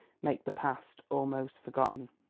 make the past almost forgotten.